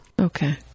Okay